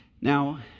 Now